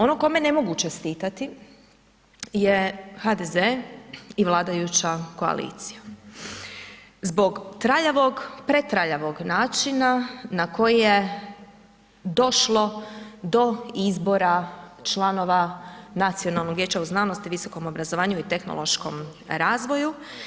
Ono kome ne mogu čestitati je HDZ i vladajuća koalicija zbog traljavog, pretraljavog načina na koji je došlo do izbora članova Nacionalnog vijeća u znanosti, visokom obrazovanju i tehnološkom razvoju.